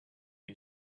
you